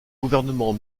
gouvernement